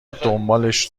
دنبالش